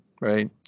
Right